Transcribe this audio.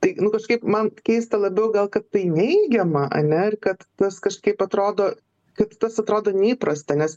tai kaip man keista labiau gal kad tai neigiama ane ir kad tas kažkaip atrodo kaip tas atrodo neįprasta nes